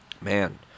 man